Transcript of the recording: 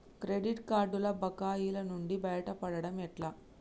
Credit కార్డుల బకాయిల నుండి బయటపడటం ఎట్లా?